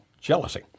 jealousy